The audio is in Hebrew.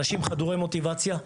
אנשים חדורי מוטיבציה.